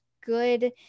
good